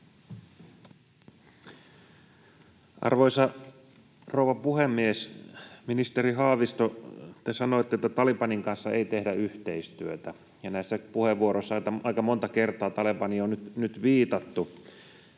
Arvoisa rouva puhemies! Ministeri Haavisto, te sanoitte, että Talebanin kanssa ei tehdä yhteistyötä, ja näissä puheenvuoroissa aika monta kertaa Talebaniin on nyt viitattu.